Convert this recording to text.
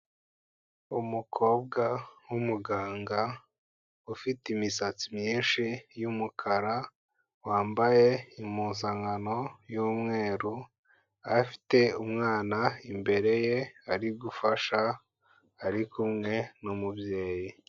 Umukobwa w'umuganga, ufite imisatsi myinshi y'umukara, wambaye impuzankano y'umweru, afite umwana imbere ye ari gufasha, ari kumwe n'umubyeyi.